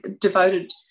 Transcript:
devoted